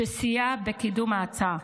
שסייע בקידום ההצעה.